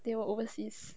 they were overseas